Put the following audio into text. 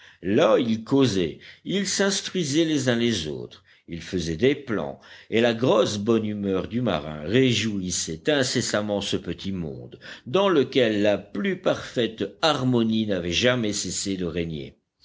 là ils causaient ils s'instruisaient les uns les autres ils faisaient des plans et la grosse bonne humeur du marin réjouissait incessamment ce petit monde dans lequel la plus parfaite harmonie n'avait jamais cessé de régner